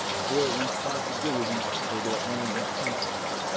avoid responsibility for their own intentions.